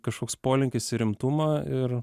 kažkoks polinkis į rimtumą ir